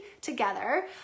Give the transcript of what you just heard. together